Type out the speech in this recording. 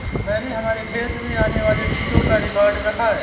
मैंने हमारे खेत में आने वाले कीटों का रिकॉर्ड रखा है